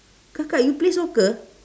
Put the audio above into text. kakak you play soccer